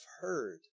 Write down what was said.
heard